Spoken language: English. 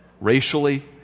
Racially